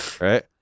Right